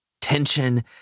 Tension